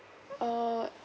uh